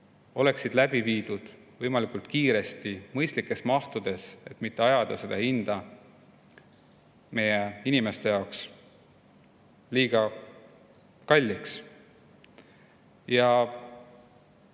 oleksid läbiviidud võimalikult kiiresti mõistlikes mahtudes, et mitte ajada hinda meie inimeste jaoks liiga kalliks.